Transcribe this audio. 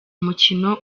mukino